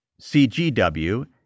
CGW